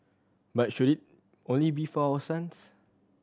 but should it only be for our sons